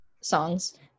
songs